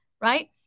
right